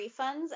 refunds